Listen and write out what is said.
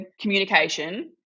communication